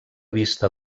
vista